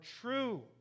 true